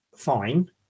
fine